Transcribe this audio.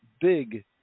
big